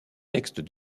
textes